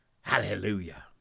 Hallelujah